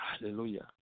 hallelujah